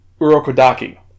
Urokodaki